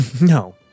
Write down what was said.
No